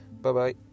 bye-bye